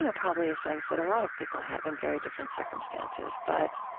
you know probably a sense that a lot of people have in very different circumstances. but